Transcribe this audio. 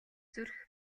зүрх